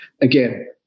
Again